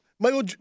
Michael